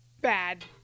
bad